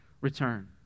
return